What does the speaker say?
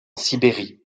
sibérie